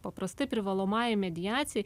paprastai privalomajai mediacijai